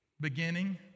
beginning